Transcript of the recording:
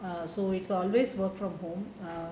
err so it's always work from home err